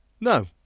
No